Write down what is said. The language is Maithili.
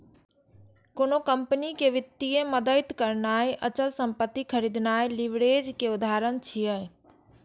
कोनो कंपनी कें वित्तीय मदति करनाय, अचल संपत्ति खरीदनाय लीवरेज के उदाहरण छियै